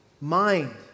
Mind